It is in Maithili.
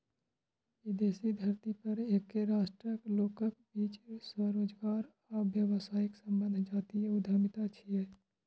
विदेशी धरती पर एके राष्ट्रक लोकक बीच स्वरोजगार आ व्यावसायिक संबंध जातीय उद्यमिता छियै